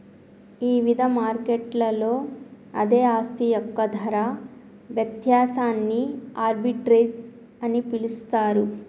ఇవిధ మార్కెట్లలో అదే ఆస్తి యొక్క ధర వ్యత్యాసాన్ని ఆర్బిట్రేజ్ అని పిలుస్తరు